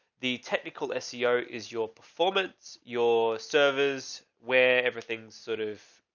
the technical ah seo is your performance, your servers, where everything's sort of.